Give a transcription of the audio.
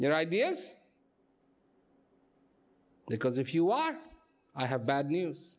your ideas because if you are i have bad news